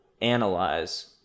analyze